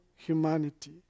Humanity